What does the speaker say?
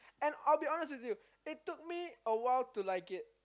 and I'll be honest with you it took me awhile to like it